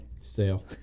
Sale